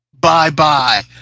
Bye-bye